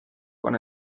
con